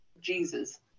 Jesus